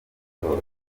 kwitoza